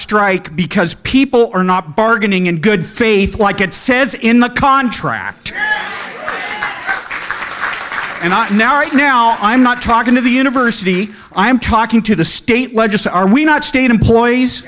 strike because people are not bargaining in good faith like it says in the contract and not now right now i'm not talking to the university i'm talking to the state budgets are we not state employees